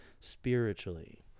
spiritually